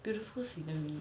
beautiful scenery